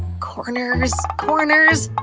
corners corners,